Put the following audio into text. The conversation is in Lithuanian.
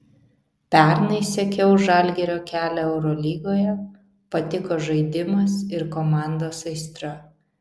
pernai sekiau žalgirio kelią eurolygoje patiko žaidimas ir komandos aistra